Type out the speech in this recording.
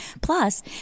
Plus